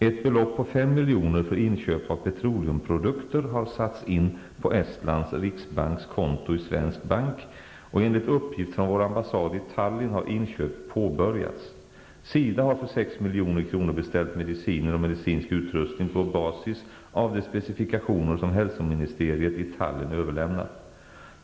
Ett belopp på 5 milj.kr. för inköp av petroleumprodukter har satts in på Estlands Riksbanks konto i svensk bank, och enligt uppgift från vår ambassad i Tallinn har inköp påbörjats. SIDA har för 6 milj.kr. beställt mediciner och medicinsk utrustning på basis av de specifikationer som hälsoministeriet i Tallinn överlämnat.